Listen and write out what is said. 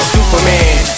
Superman